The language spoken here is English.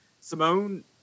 Simone